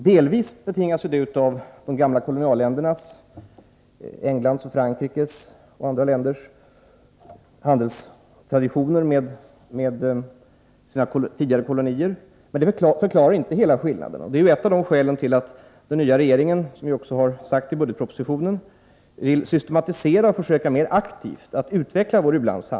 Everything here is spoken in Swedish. Det betingas delvis av de gamla kolonialländernas — England, Frankrike och andra — handelstraditioner i förhållande till sina tidigare kolonier, men det förklarar inte hela skillnaden. Och detta är ett av skälen till att den nya regeringen — som vi också har sagt i budgetpropositionen — vill systematisera och försöka att mer aktivt utveckla vår u-landshandel.